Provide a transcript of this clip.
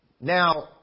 Now